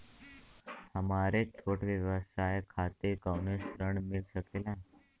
हमरे छोट व्यवसाय खातिर कौनो ऋण मिल सकेला?